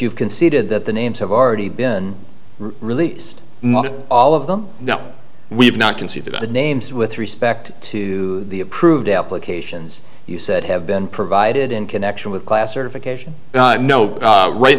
you've conceded that the names have already been released all of them no we have not conceded the names with respect to the approved applications you said have been provided in connection with class certification no right